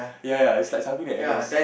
ya ya is like something like n_s